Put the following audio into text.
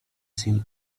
seemed